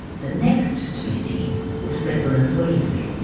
the next to be seen was reverend wavering,